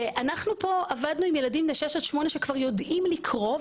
אנחנו פה עבדנו עם ילדים בני 6 עד 8 שכבר יודעים לקרוא,